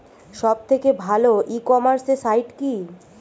সব থেকে ভালো ই কমার্সে সাইট কী?